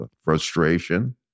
frustration